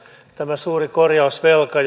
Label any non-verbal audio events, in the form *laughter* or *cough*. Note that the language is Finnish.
tämä suuri korjausvelka *unintelligible*